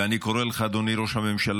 ואני קורא לך: אדוני ראש הממשלה,